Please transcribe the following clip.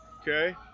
Okay